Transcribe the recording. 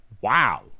wow